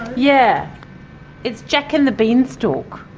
yeah it's jack and the beanstalk.